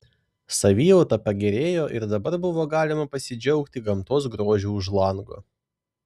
savijauta pagerėjo ir dabar buvo galima pasidžiaugti gamtos grožiu už lango